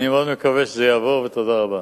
אני מאוד מקווה שזה יעבור, ותודה רבה.